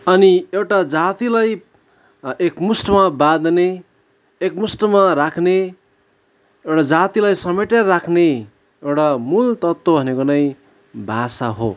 अनि एउटा जातिलाई एकमुष्टमा बाँध्ने एकमुष्टमा राख्ने एउटा जातिलाई समेटेर राख्ने एउटा मूल तत्त्व भनेको नै भाषा हो